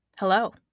Hello